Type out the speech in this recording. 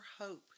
hope